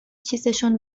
چیزشون